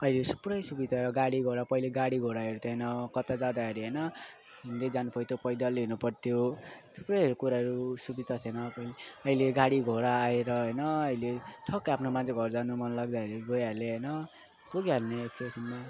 अहिले सु पुरै सुविधा गाडीघोडा पहिले गाडीघोडाहरू थिएन कतै जाँदाखेरि होइन हिँड्दै जानुपर्थ्यो पैदल हिँड्नु पर्थ्यो थुप्रैहरू कुराहरू सुविधा थिएन पहिले अहिले गाडीघोडा आएर होइन ठक्कै आफ्नो मान्छेको घर जानु मनलाग्दाखेरि गइहाल्यो होइन पुगिहाल्ने एकैछिनमा